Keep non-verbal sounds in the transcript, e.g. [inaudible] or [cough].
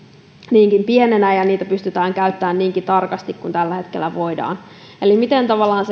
niinkin pieninä ja ja niitä pystytään käyttämään niinkin tarkasti kuin tällä hetkellä voidaan eli miten tavallaan [unintelligible]